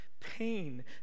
Pain